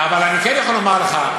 אבל אני כן יכול לומר לך,